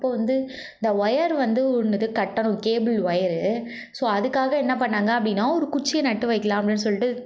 அப்போ வந்து இந்த ஒயர் வந்து ஒன்றுத்த கட்டணும் கேபிள் ஒயரு ஸோ அதுக்காக என்ன பண்ணிணாங்க அப்படின்னா ஒரு குச்சியை நட்டு வைக்கலாம் அப்படின்னு சொல்லிவிட்டு